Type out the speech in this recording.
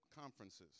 conferences